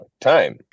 time